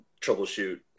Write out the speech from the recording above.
troubleshoot